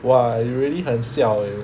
!wah! you really 很 siao eh